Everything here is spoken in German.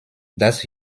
dass